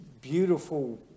beautiful